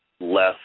less